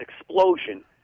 explosion